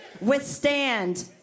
withstand